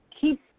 keep